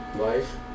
Life